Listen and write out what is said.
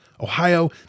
Ohio